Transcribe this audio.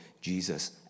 Jesus